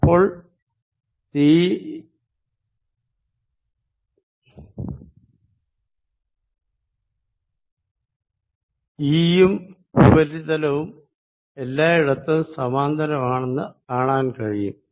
അപ്പോൾ ഈ യും ഉപരിതലവും എല്ലായിടത്തും സമാന്തരമാണെന്ന് കാണാൻ കഴിയും